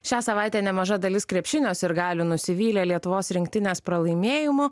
šią savaitę nemaža dalis krepšinio sirgalių nusivylė lietuvos rinktinės pralaimėjimu